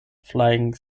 flying